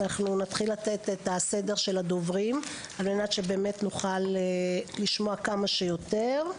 אנחנו נתחיל לתת את הסדר של הדוברים על מנת שבאמת נוכל לשמוע כמה שיותר.